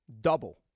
Double